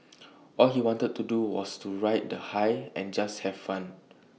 all he wanted to do was to ride the high and just have fun